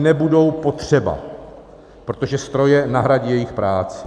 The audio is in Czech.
nebudou potřeba, protože stroje nahradí jejich práci.